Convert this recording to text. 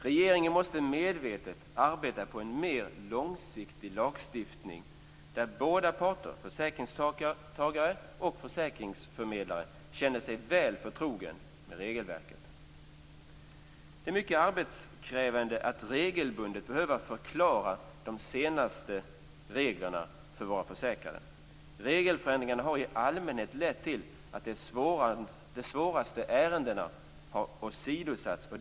Regeringen måste medvetet arbeta på en mer långsiktig lagstiftning där båda parter, försäkringstagare och försäkringsförmedlare, känner sig väl förtrogna med regelverket. Det är mycket arbetskrävande att regelbundet behöva förklara de senaste reglerna för de försäkrade. Regelförändringarna har i allmänhet lett till att det är de svåraste ärendena som åsidosatts.